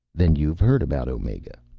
then you've heard about omega?